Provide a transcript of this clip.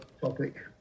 topic